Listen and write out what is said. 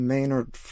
Maynard